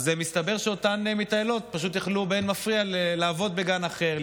מסתבר שאותן מתעללות פשוט יכלו באין מפריע לעבוד בגן אחר,